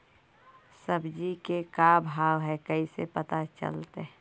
सब्जी के का भाव है कैसे पता चलतै?